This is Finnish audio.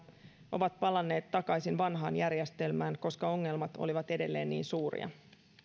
ovat palanneet takaisin vanhaan järjestelmään koska ongelmat olivat edelleen niin suuria